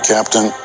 Captain